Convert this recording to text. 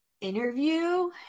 interview